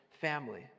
family